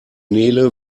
nele